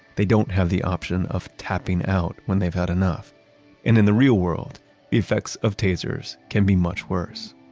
they don't have the option of tapping out when they've had enough. and in the real world, the effects of tasers can be much worse